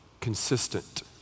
consistent